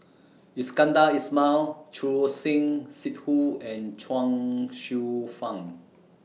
Iskandar Ismail Choor Singh Sidhu and Chuang Hsueh Fang